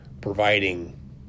providing